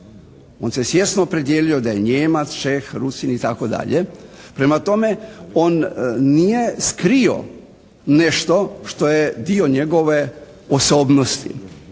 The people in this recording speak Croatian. on se svjesno opredijelio da je Nijemac, Čeh, Rusin, itd. Prema tome, on nije skrio nešto što je dio njegove osobnosti.